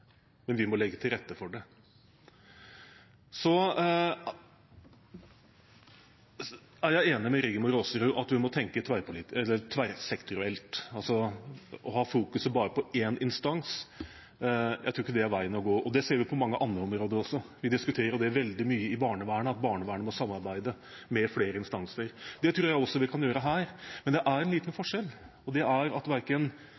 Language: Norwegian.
men vi må legge til rette for det. Så er jeg enig med Rigmor Aasrud i at vi må tenke tverrsektorielt. Å ha fokuset bare på én instans tror jeg ikke er veien å gå. Det ser vi på mange andre områder også. Vi diskuterer det veldig mye i barnevernet, at barnevernet må samarbeide med flere instanser. Det tror jeg også vi kan gjøre her, men det er en liten forskjell. Det er at verken